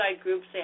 groups